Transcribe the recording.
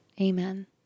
Amen